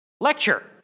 Lecture